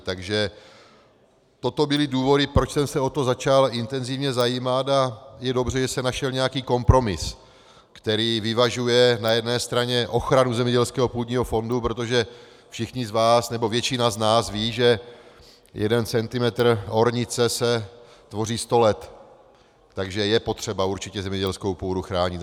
Takže toto byly důvody, proč jsem se o to začal intenzivně zajímat, a je dobře, že se našel nějaký kompromis, který vyvažuje na jedné straně ochranu zemědělského půdního fondu, protože všichni z vás, nebo většina z nás ví, že jeden centimetr ornice se tvoří sto let, takže je určitě potřeba zemědělskou půdu chránit.